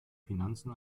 finanzen